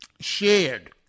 shared